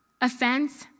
offense